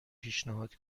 پیشنهاد